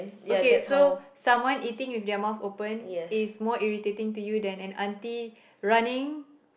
okay so someone eating with their mouth open is more irritating than an auntie running